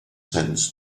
sense